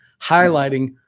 highlighting